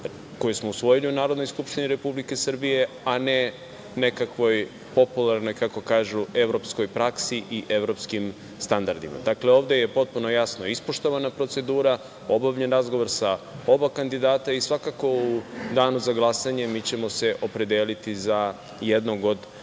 koje smo usvojili u Narodnoj skupštini Republike Srbije, a ne nekakvoj popularnoj, kako kažu, evropskoj praksi i evropskim standardima. Dakle, ovde je potpuno jasno ispoštovana procedura, obavljen razgovor sa oba kandidata i svakako u danu za glasanje mi ćemo se opredeliti za jednog od